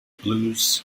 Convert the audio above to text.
blues